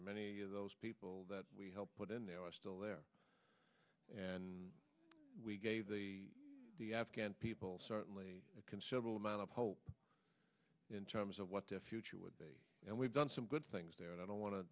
many of those people that we helped put in there are still there and we gave the afghan people certainly a considerable amount of hope in terms of what the future would be and we've done some good things there and i don't want to